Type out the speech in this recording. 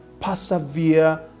persevere